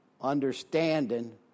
understanding